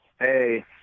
Hey